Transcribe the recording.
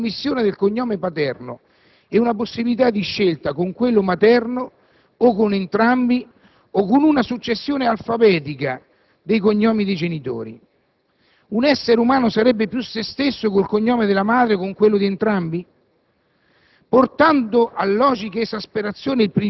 Quale sarebbe, infatti, la differenza fra la trasmissione del cognome paterno e una possibilità di scelta con quello materno, oppure con entrambi o ancora con una successione alfabetica dei cognomi dei genitori? Un essere umano sarebbe più se stesso con il cognome della madre o con quello di entrambi?